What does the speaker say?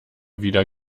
wieder